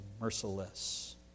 merciless